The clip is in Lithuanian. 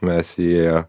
mes jį